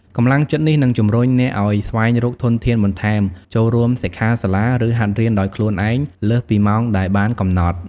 កម្លាំងចិត្តនេះនឹងជំរុញអ្នកឱ្យស្វែងរកធនធានបន្ថែម ចូលរួមសិក្ខាសាលា ឬហាត់រៀនដោយខ្លួនឯងលើសពីម៉ោងដែលបានកំណត់។